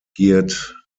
geared